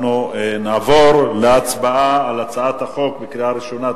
אנחנו נעבור להצבעה על הצעת החוק בקריאה ראשונה.